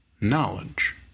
knowledge